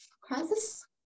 crisis